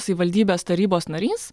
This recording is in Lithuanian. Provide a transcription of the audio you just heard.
savivaldybės tarybos narys